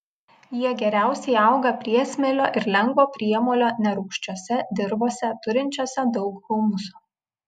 jie geriausiai auga priesmėlio ir lengvo priemolio nerūgščiose dirvose turinčiose daug humuso